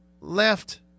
left